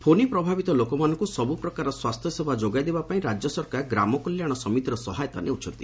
ଫନି ପ୍ରଭାବିତ ଲୋକମାନଙ୍କୁ ସବୁ ପ୍ରକାରର ସ୍ୱାସ୍ଥ୍ୟ ସେବା ଯୋଗାଇ ଦେବା ପାଇଁ ରାଜ୍ୟ ସରକାର ଗ୍ରାମ କଲ୍ୟାଣ ସମିତିର ସହାୟତା ନେଉଛନ୍ତି